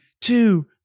two